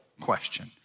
question